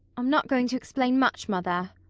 i'm not going to explain much, mother.